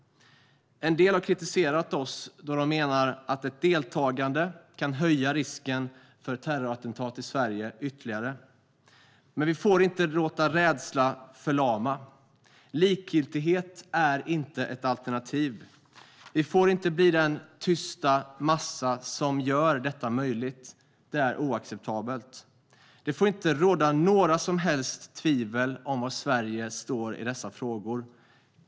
En del har kritiserat oss eftersom de menar att ett deltagande ytterligare kan höja risken för terrorattentat i Sverige. Men vi får inte låta rädslan förlama. Likgiltighet är inte ett alternativ. Vi får inte bli den tysta massa som gör detta möjligt. Det är oacceptabelt. Det får inte råda några som helst tvivel om var Sverige står i dessa frågor.